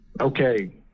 Okay